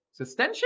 Sustension